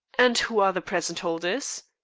and who are the present holders?